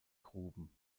gruben